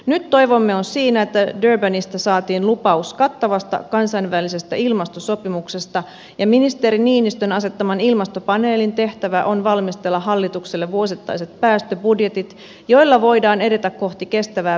nyt toivomme on siinä että durbanissa saatiin lu paus kattavasta kansainvälisestä ilmastosopimuksesta ja ministeri niinistön asettaman ilmastopaneelin tehtävä on valmistella hallitukselle vuosittaiset päästöbudjetit joilla voidaan edetä kohti kestävää päästötasoa